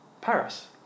Paris